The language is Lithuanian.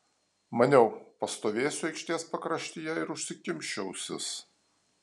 maniau pastovėsiu aikštės pakraštyje ir užsikimšiu ausis